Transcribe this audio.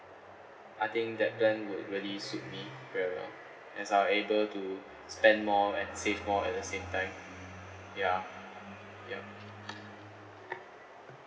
I think that plan would really suit me very well as I'll able to spend more and save more at the same time ya yup